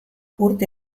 urte